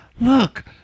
Look